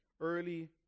Early